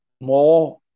more